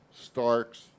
Starks